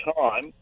time